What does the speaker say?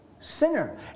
sinner